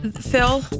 Phil